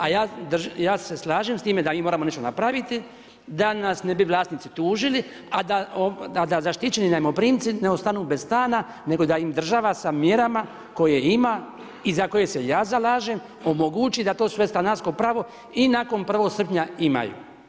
A ja se slažem s time da mi moramo nešto napraviti, da nas ne bi vlasnici tužili a da zaštićeni najmoprimci ne ostanu bez stana, nego da im država sa mjerama koje ima i za koje se ja zalažem, omogući da to svoje stanarsko pravo i nakon 1. srpnja imaju.